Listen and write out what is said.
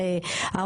לא שלחו, לא שלחו.